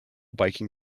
biking